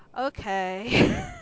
Okay